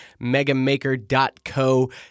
megamaker.co